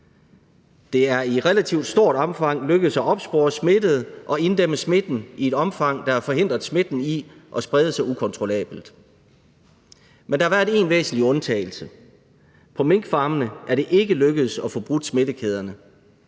Det er i relativt stort omfang lykkedes at opspore smittede og inddæmme smitten i et omfang, der har forhindret smitten i at sprede sig ukontrollabelt. Men der har været én væsentlig undtagelse. På minkfarmene er det ikke lykkedes at få brudt smittekæderne.